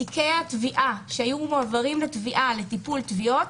תיקי התביעה שהיו מועברים לתביעה לטיפול תביעות,